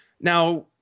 Now